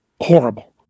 horrible